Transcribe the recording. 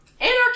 Anarchy